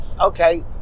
Okay